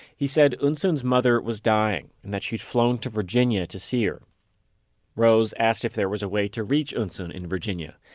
he said eunsoon's mother was dying and that she had flown to virginia to see her rose asked if there was a way to reach eunsoon in virginia.